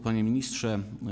Panie Ministrze!